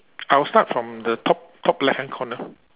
I will start from the top top left hand corner